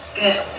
good